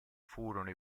furono